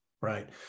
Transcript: right